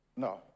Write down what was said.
No